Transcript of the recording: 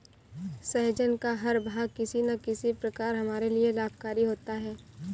सहजन का हर भाग किसी न किसी प्रकार हमारे लिए लाभकारी होता है